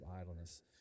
idleness